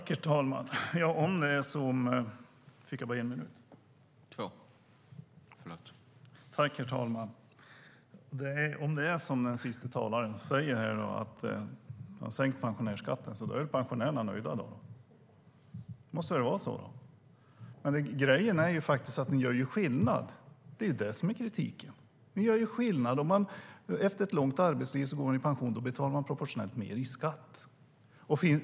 Herr talman! Om det är som den senaste talaren säger, att man har sänkt pensionärsskatten, är väl pensionärerna nöjda. Så måste det väl vara? Men grejen är att ni gör skillnad - det är det som kritiken gäller. Om man efter ett långt arbetsliv går i pension betalar man proportionellt mer i skatt.